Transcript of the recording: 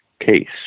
case